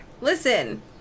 listen